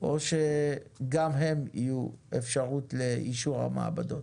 או שגם הן יהיו אפשרות לאישור המעבדות.